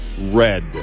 red